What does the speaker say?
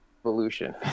evolution